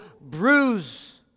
bruise